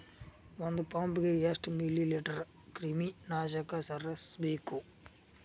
ಒಂದ್ ಪಂಪ್ ಗೆ ಎಷ್ಟ್ ಮಿಲಿ ಲೇಟರ್ ಕ್ರಿಮಿ ನಾಶಕ ಸೇರಸ್ಬೇಕ್?